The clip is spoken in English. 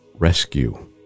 rescue